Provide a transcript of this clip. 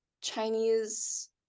Chinese